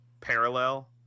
parallel